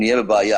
נהיה בבעיה.